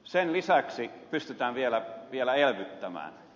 sen lisäksi pystytään vielä elvyttämään